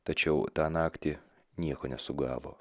tačiau tą naktį nieko nesugavo